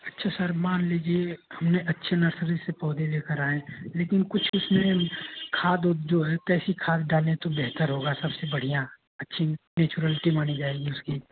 अच्छा सर मान लीजिए हमने अच्छी नर्सरी से पौधे लेकर आएँ लेकिन कुछ उसमें खाद उद जो है कैसी खाद डालें तो बेहतर होगा सबसे बढ़ियाँ अच्छी नैचुरलिटी मानी जाएगी उसकी